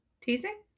teasing